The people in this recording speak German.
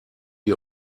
ihr